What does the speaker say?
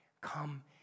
Come